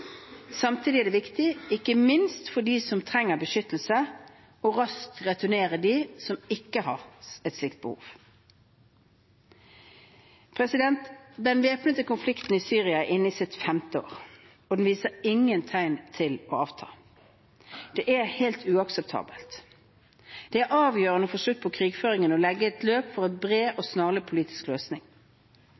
Samtidig er det viktig, ikke minst for dem som trenger beskyttelse, raskt å returnere dem som ikke har et slikt behov. Den væpnede konflikten i Syria er inne i sitt femte år, og den viser ingen tegn til å avta. Det er helt uakseptabelt. Det er avgjørende å få slutt på krigføringen og legge et løp for en bred og snarlig politisk løsning.